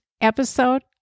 episode